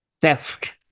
theft